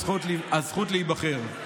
הזכות להיבחר).